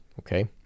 okay